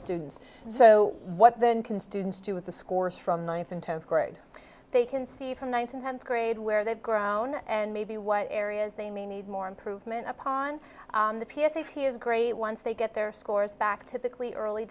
students so what then can students do with the scores from ninth and tenth grade they can see from ninth and tenth grade where they've grown and maybe what areas they may need more improvement upon the p s a p is great once they get their scores back typically early